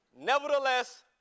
Nevertheless